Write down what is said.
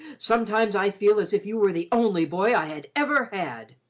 sometimes i feel as if you were the only boy i had ever had.